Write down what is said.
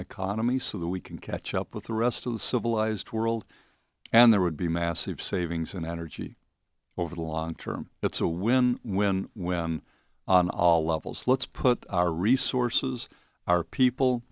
economy so that we can catch up with the rest of the civilized world and there would be massive savings and energy over the long term it's a win win win on all levels let's put our resources our people